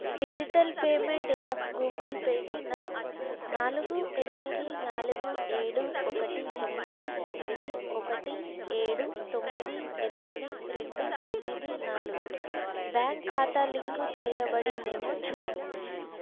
digital payment app Google పేకి నా నాలుగు ఎనిమిది నాలుగు ఏడు ఒకటి తొమ్మిది తొమ్మిది ఒకటి ఏడు తొమ్మిది ఎనిమిది రెండు తొమ్మిది నాలుగు బ్యాంక్ ఖాతా లింకు చేయబడిందేమో చూడు